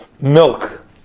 milk